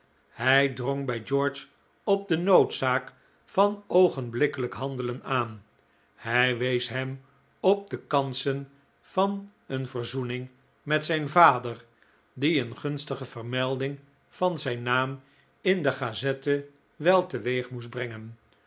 hij drong bij george op de noodzaak van oogenblikkelijk handelen aan hij wees hem op de kansen van een verzoening met zijn vader die een gunstige vermelding van zijn naam in de gazette wel teweeg moest brengen